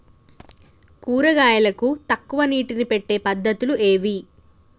కూరగాయలకు తక్కువ నీటిని పెట్టే పద్దతులు ఏవి?